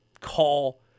call